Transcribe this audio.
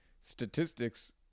statistics